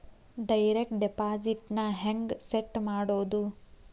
Direct deposit ನ ಹೆಂಗ್ set ಮಾಡೊದು?